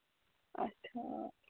اَچھا